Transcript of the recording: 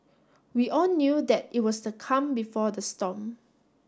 we all knew that it was the calm before the storm